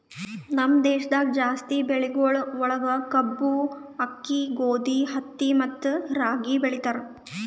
ನಮ್ ದೇಶದಾಗ್ ಜಾಸ್ತಿ ಬೆಳಿಗೊಳ್ ಒಳಗ್ ಕಬ್ಬು, ಆಕ್ಕಿ, ಗೋದಿ, ಹತ್ತಿ ಮತ್ತ ರಾಗಿ ಬೆಳಿತಾರ್